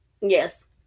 Yes